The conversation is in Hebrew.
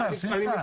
תפסיקו כבר, שמחה.